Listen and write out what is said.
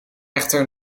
echter